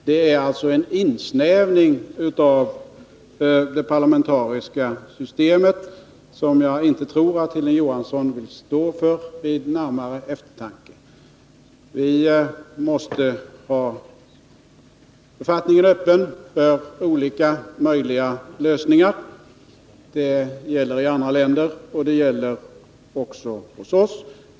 Det innebär en insnävning av det parlamentariska systemet som jag inte tror att Hilding Johansson vid närmare eftertanke vill stå för. Vi måste ha författningen öppen för olika möjliga lösningar. Det gäller i andra länder, och det gäller också hos oss.